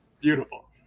Beautiful